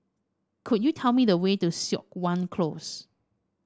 could you tell me the way to Siok Wan Close